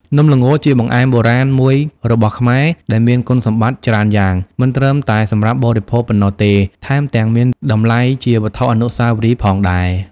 នំល្ងជាបង្អែមបុរាណមួយរបស់ខ្មែរដែលមានគុណសម្បត្តិច្រើនយ៉ាង មិនត្រឹមតែសម្រាប់បរិភោគប៉ុណ្ណោះទេ ថែមទាំងមានតម្លៃជាវត្ថុអនុស្សាវរីយ៍ផងដែរ។